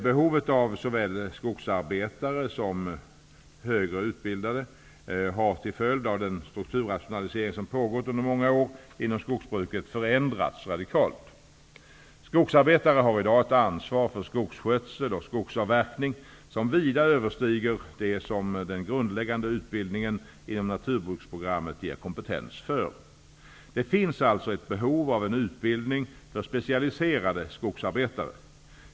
Behovet av såväl skogsarbetare som högreutbildade har till följd av den strukturrationalisering som pågått under många år inom skogsbruket förändrats radikalt. Skogsarbetare har i dag ett ansvar för skogsskötsel och skogsavverkning som vida överstiger det som den grundläggande utbildningen inom naturbruksprogrammet ger kompetens för. Det finns alltså ett behov av en utbildning för specialiserade skogsarbetare.